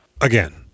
again